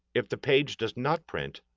if the page does not print,